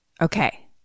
Okay